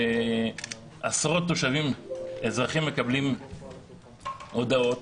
עשרות אזרחים שמקבלים הודעות.